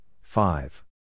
five